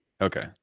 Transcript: Okay